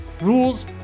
rules